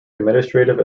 administrative